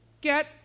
Get